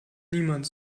niemand